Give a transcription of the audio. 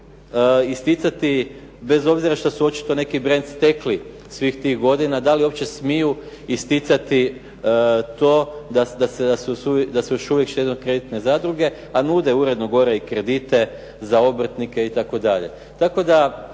da li uopće smiju isticati to da su još uvijek štedno-kreditne zadruge. A nude uredno gore i kredite za obrtnike itd.